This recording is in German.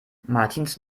martins